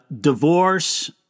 Divorce